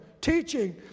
teaching